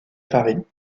paris